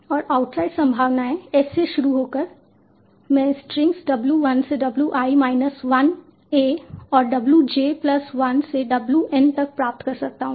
और आउटसाइड संभावनाएं S से शुरू होकर मैं स्ट्रिंग W 1 से W i माइनस 1 A और W j प्लस 1 से W N तक प्राप्त कर सकता हूं